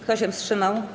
Kto się wstrzymał?